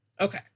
Okay